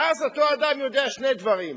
ואז אותו אדם יודע שני דברים: